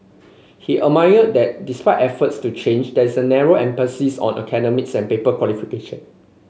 he that despite efforts to change there is a narrow emphasis on academics and paper qualification